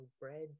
bread